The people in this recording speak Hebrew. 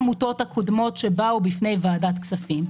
-- מכל עניינן של כל העמותות הקודמות שבאו בפני ועדת כספים,